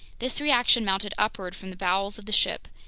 this reaction mounted upward from the bowels of the ship,